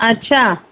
अच्छा